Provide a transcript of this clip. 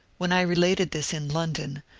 when i related this in london,